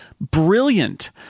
Brilliant